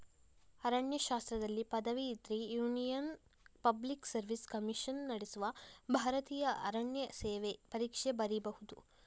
ಅರಣ್ಯಶಾಸ್ತ್ರದಲ್ಲಿ ಪದವಿ ಇದ್ರೆ union public service commission ನಡೆಸುವ ಭಾರತೀಯ ಅರಣ್ಯ ಸೇವೆ ಪರೀಕ್ಷೆ ಬರೀಬಹುದು